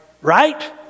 Right